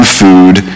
food